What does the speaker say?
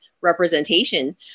representation